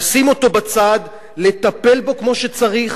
לשים אותו בצד ולטפל בו כמו שצריך.